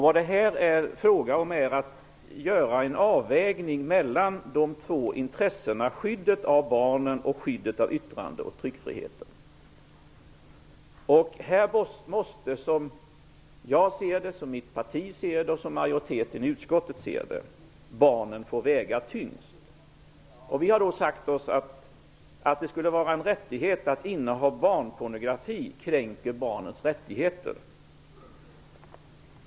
Vad det här är fråga om är att göra en avvägning mellan de två intressena skyddet av barnen och skyddet av yttrande och tryckfriheten. Här måste, som jag ser det, som mitt parti ser det och som majoriteten i utskottet ser det, barnen få väga tyngst. Vi har då sagt oss att en rättighet att inneha barnpornografi kränker barnens rättigheter.